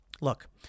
Look